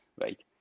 right